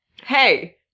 Hey